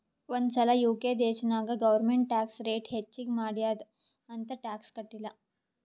ಒಂದ್ ಸಲಾ ಯು.ಕೆ ದೇಶನಾಗ್ ಗೌರ್ಮೆಂಟ್ ಟ್ಯಾಕ್ಸ್ ರೇಟ್ ಹೆಚ್ಚಿಗ್ ಮಾಡ್ಯಾದ್ ಅಂತ್ ಟ್ಯಾಕ್ಸ ಕಟ್ಟಿಲ್ಲ